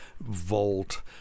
Volt